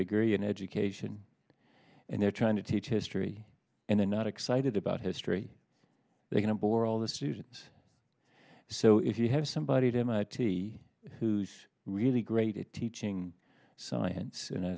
degree in education and they're trying to teach history and they're not excited about history they can bore all the students so if you have somebody to mit who's really great at teaching science and i